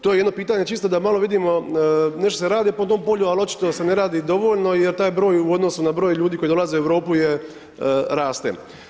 To je jedno pitanje čisto da malo vidimo, nešto se radi po tom polju ali očito da se ne radi dovoljno jer taj broj u odnosu na broj ljudi koji dolaze u Europu raste.